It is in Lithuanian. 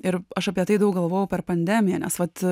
ir aš apie tai daug galvojau per pandemiją nes vat